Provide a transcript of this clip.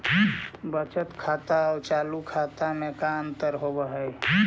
बचत खाता और चालु खाता में का अंतर होव हइ?